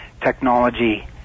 technology